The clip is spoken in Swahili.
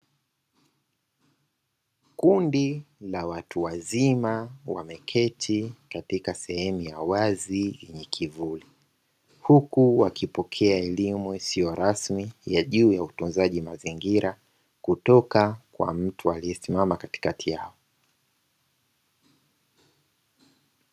Kundi la watu wazima, wameketi katika sehemu ya wazi yenye kivuli. Huku wakipokea elimu isiyo rasmi, juu ya utunzaji mazingira kutoka kwa mtu, aliye simama katikati yao.